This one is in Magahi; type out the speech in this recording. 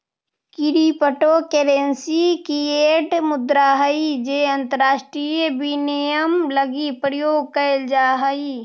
क्रिप्टो करेंसी फिएट मुद्रा हइ जे अंतरराष्ट्रीय विनिमय लगी प्रयोग कैल जा हइ